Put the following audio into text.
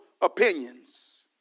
opinions